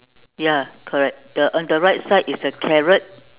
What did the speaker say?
ya correct the on the right side is the carrot